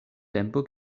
tempo